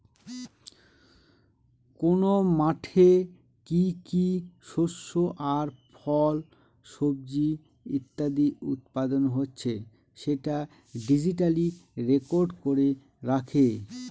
কোন মাঠে কি কি শস্য আর ফল, সবজি ইত্যাদি উৎপাদন হচ্ছে সেটা ডিজিটালি রেকর্ড করে রাখে